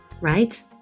right